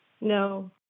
No